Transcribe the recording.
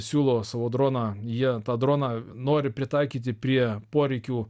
siūlo savo droną jie tą droną nori pritaikyti prie poreikių